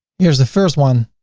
here's the first one.